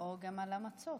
או גם על המצות.